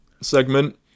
segment